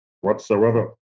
whatsoever